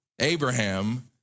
Abraham